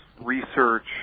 research